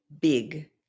big